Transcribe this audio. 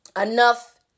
enough